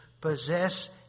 possess